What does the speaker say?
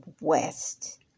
west